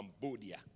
Cambodia